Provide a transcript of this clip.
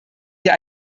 hier